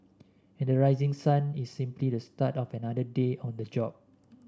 and the rising sun is simply the start of another day on the job